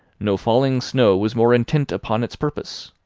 no falling snow was more intent upon its purpose,